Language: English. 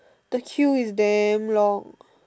the queue is damn long